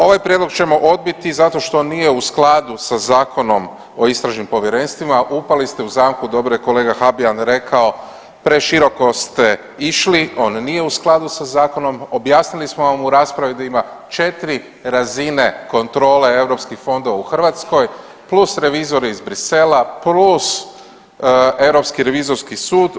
Ovaj prijedlog ćemo odbiti zato što nije u skladu sa Zakonom o istražnim povjerenstvima, upali ste u zamku, dobro je kolega Habijan rekao, preširoko ste išli, on nije u skladu sa zakonom, objasnili smo vam u raspravi da ima 4 razine kontrole europskih fondova u Hrvatskoj plus revizori iz Brisela plus Europski revizorski sud.